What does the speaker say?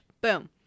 Boom